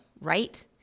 right